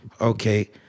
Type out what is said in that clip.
okay